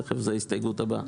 תכף, זו ההסתייגות הבאה.